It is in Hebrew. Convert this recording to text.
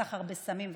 סחר בסמים וכדומה,